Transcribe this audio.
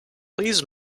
please